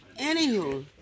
anywho